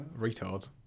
Retards